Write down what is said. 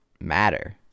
matter